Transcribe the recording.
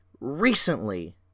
recently